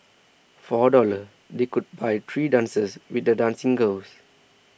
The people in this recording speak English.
for a dollar they could buy three dances with the dancing girls